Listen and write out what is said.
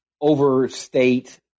overstate